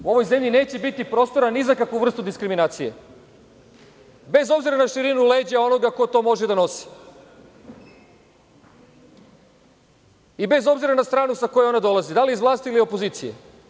Ovoj zemlji neće biti prostora ni za kakvu vrstu diskriminacije bez obzira na širinu leđa onoga ko to može da nosi i bez obzira na stranu sa koje ona dolazi, da li iz vlasti ili iz opozicije.